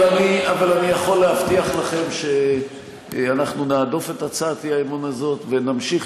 אבל אני יכול להבטיח לכם שאנחנו נהדוף את הצעת האי-אמון הזאת ונמשיך